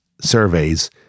surveys